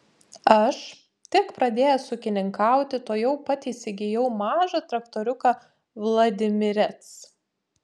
aš tik pradėjęs ūkininkauti tuojau pat įsigijau mažą traktoriuką vladimirec